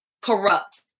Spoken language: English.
corrupt